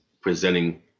presenting